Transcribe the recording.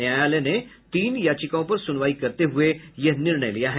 न्यायालय ने तीन याचिकाओं पर सुनवाई करते हुए यह निर्णय लिया है